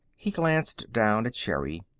he glanced down at sherri.